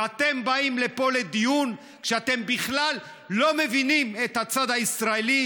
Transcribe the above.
ואתם באים לפה לדיון כשאתם בכלל לא מבינים את הצד הישראלי,